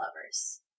lovers